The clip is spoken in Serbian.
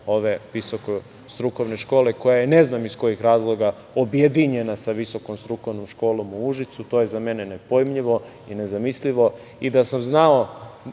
ove visoko-strukovne škole koja je, ne znam iz kojih razloga, objedinjena sa visoko-strukovnom školom u Užicu. To je za mene nepojmljivo i nezamislivo. Da sam znao